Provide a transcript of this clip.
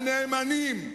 הנאמנים,